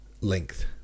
length